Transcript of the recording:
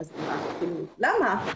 היא שאלה, למה?